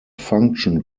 function